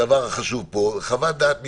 החשוב פה, חוות דעת מקצועית,